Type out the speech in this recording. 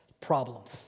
problems